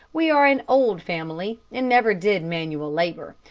we are an old family, and never did manual labor.